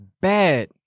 bad